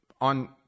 on